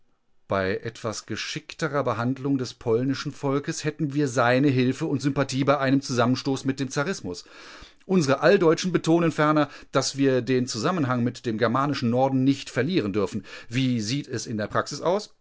bei etwas geschickterer behandlung des polnischen volkes hätten wir seine hilfe und sympathie bei einem zusammenstoß mit dem zarismus unsere alldeutschen betonen ferner daß wir den zusammenhang mit dem germanischen norden nicht verlieren dürfen wie sieht es in der praxis aus